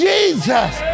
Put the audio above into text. Jesus